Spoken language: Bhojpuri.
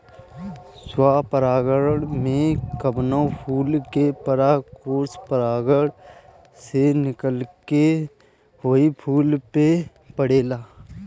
स्वपरागण में कवनो फूल के परागकोष परागण से निकलके ओही फूल पे पड़ेला